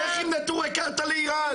לך עם נטורי קרתא לאיראן.